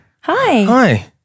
Hi